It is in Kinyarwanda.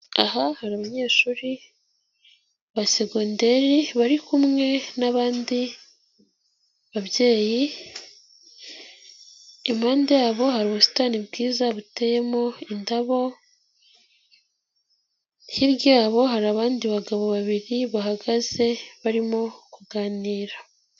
Aha hari abanyeshuri ba segonderi bari kumwe n'abandi babyeyi, impande yabo hari ubusitani bwiza buteyemo indabo, hirya yabo hari abandi bagabo babiri bahagaze barimo kuganira.